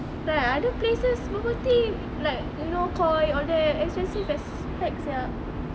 like other places bubble tea like you know Koi all that expensive as heck sia